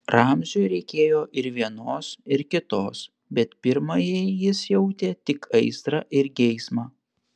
ramziui reikėjo ir vienos ir kitos bet pirmajai jis jautė tik aistrą ir geismą